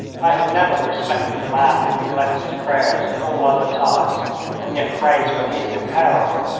i have never respected the man who neglects his prayers at all other times and yet prays when he is in peril.